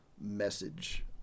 message